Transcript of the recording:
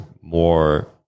more